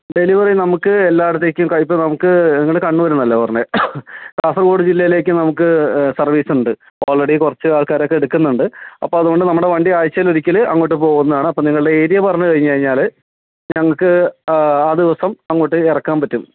delivery നമുക്ക് എല്ലായിടത്തേക്കും കയ് ഇപ്പം നമുക്ക് നിങ്ങൾ കണ്ണൂരെന്നല്ലേ പറഞ്ഞത് കാസർഗോഡ് ജില്ലയിലേക്ക് നമുക്ക് സർവീസുണ്ട് ഓൾറെഡി കുറച്ച് ആൾക്കാരൊക്കെ എടുക്കുന്നുണ്ട് അപ്പം അതുകൊണ്ട് നമ്മുടെ വണ്ടി ആഴ്ചയിലൊരിക്കൽ അങ്ങോട്ട് പോവുന്നതാണ് അപ്പം നിങ്ങളുടെ ഏരിയ പറഞ്ഞ് കഴിഞ്ഞ് കഴിഞ്ഞാൽ ഞങ്ങൾക്ക് ആ ദിവസം അങ്ങോട്ട് ഇറക്കാൻ പറ്റും